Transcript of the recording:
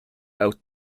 out